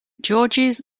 georges